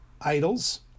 idols